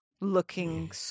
Looking